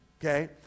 Okay